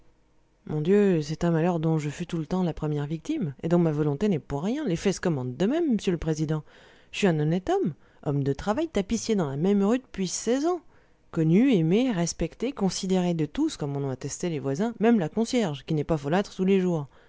mon dieu c'est un malheur dont je fus tout le temps la première victime et dont ma volonté n'est pour rien les faits se commentent d'eux-mêmes m'sieu l'président je suis un honnête homme homme de travail tapissier dans la même rue depuis seize ans connu aimé respecté considéré de tous comme en ont attesté les voisins même la concierge qui n'est pas folâtre tous les jours